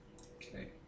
Okay